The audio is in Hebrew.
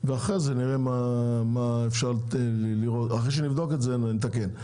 ואחרי שנבדוק את זה נתקן.